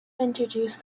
introduced